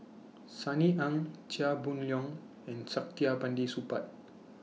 Sunny Ang Chia Boon Leong and Saktiandi Supaat